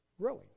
growing